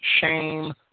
shame